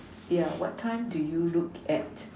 yeah what time do you look at